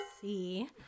see